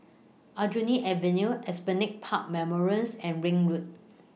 Aljunied Avenue Esplanade Park Memorials and Ring Road